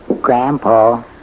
Grandpa